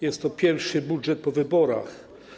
Jest to pierwszy budżet po wyborach.